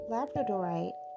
Labradorite